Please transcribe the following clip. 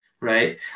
right